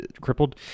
crippled